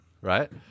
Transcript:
right